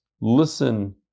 listen